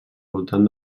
voltant